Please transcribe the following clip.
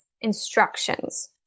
instructions